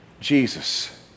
Jesus